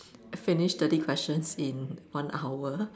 finish thirty questions in one hour